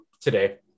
Today